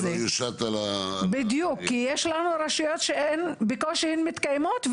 כי יש לנו רשויות שהן בקושי מתקיימות,